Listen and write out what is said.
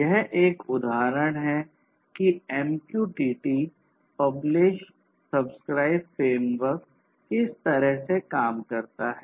यह एक उदाहरण है कि MQTT पब्लिश सब्सक्राइब फ्रेमवर्क किस तरह से काम करता है